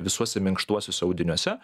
visuose minkštuosiuose audiniuose